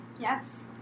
Yes